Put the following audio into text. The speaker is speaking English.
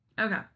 Okay